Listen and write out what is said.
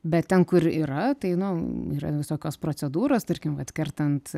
bet ten kur yra tai nu yra visokios procedūros tarkim vat kertant